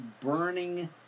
burning